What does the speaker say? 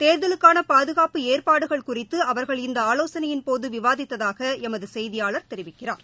தேர்தலுக்கானபாதுகாப்பு ஏற்பாடுகள் குறித்துஅவர்கள் இந்தஆலோசனையின் போதுவிவாதித்ததாகளமதுசெய்தியாளர் தெரிவிக்கிறார்